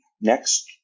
next